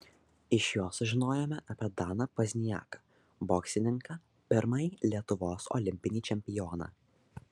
iš jo sužinojome apie daną pozniaką boksininką pirmąjį lietuvos olimpinį čempioną